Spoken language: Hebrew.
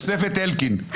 תוספת אלקין.